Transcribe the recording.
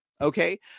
Okay